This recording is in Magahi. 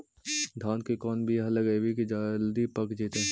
धान के कोन बियाह लगइबै की जल्दी पक जितै?